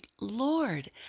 Lord